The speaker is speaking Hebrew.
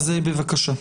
בבקשה.